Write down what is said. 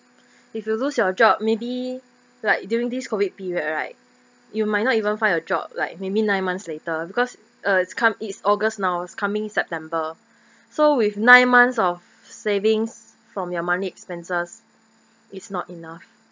if you lose your job maybe like during this COVID period right you might not even find a job like maybe nine months later because uh come it's august now is coming september so with nine months of savings from your monthly expenses is not enough